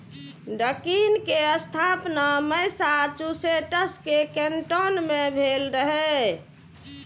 Dunkin के स्थापना Massachusetts के कैन्टोन मे भेल रहै